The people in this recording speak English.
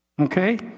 okay